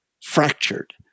fractured